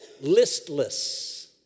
Listless